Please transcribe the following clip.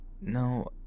No